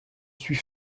suis